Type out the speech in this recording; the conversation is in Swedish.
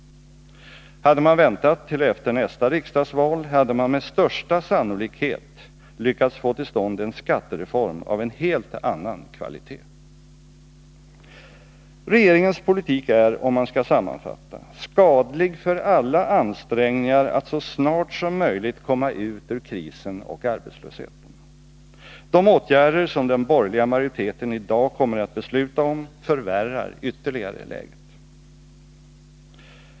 Hade man väntat till efter nästa riksdagsval hade man med största sannolikhet lyckats få till stånd en skattereform av en helt annan kvalitet. Regeringens politik är, om man skall sammanfatta, skadlig för alla ansträngningar att så snart som möjligt komma ut ur krisen och arbetslösheten. De åtgärder som den borgerliga majoriteten i dag kommer att besluta om förvärrar ytterligare läget.